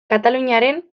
kataluniaren